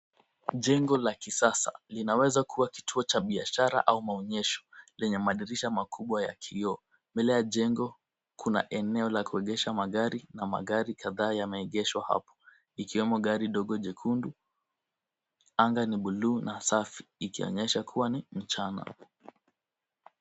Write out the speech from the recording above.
Jengo la kisasa. Linaweza kuwa kituo cha biashara au maonyesho lenye madirisha makubwa ya kioo. Mbele ya jengo kuna eneo la kuegesha magari na magari kadhaa yameegeshwa hapo, ikiwemo gari dogo jekundu. Anga ni bluu na safi ikionyesha kuwa ni mchana.